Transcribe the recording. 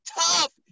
tough